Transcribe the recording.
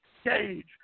stage